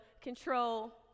control